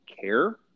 care